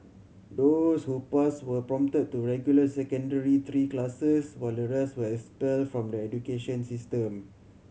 those who passed were promoted to regular Secondary Three classes while the rest were expelled from the education system